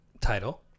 title